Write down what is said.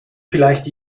vielleicht